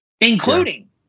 including